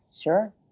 Sure